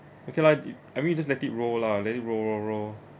okay lah it I mean you just let it roll lah let it roll roll roll